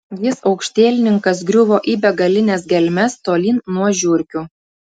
jis aukštielninkas griuvo į begalines gelmes tolyn nuo žiurkių